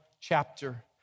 chapter